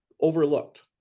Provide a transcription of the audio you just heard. overlooked